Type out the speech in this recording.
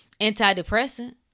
Antidepressant